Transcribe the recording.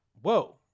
Whoa